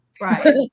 right